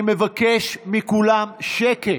אני מבקש מכולם שקט.